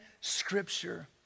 Scripture